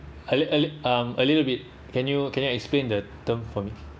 a li~ a li~ um a little bit can you can you explain the term for me